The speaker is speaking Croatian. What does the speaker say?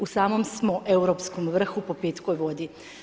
U samom smo europskom vrhu po pitkoj vodi.